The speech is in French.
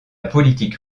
politique